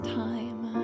time